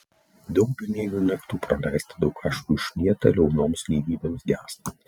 daug bemiegių naktų praleista daug ašarų išlieta liaunoms gyvybėms gęstant